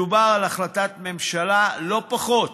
מדובר על החלטת ממשלה, לא פחות.